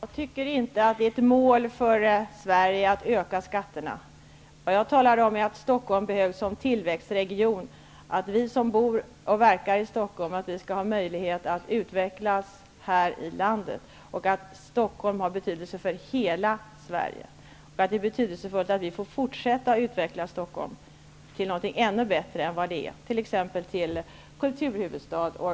Herr talman! Jag tycker inte att det är ett mål för Sverige att öka skatterna. Vad jag talar om är att Stockholm behövs som tillväxtregion och att vi som bor och verkar i Stockholm skall ha möjlighet att utvecklas här i landet. Stockholm har betydelse för hela Sverige. Det är därför betydelsefullt att vi får fortsätta att utveckla Stockholm till något ännu bättre än vad det är, t.ex. till kulturhuvudstad år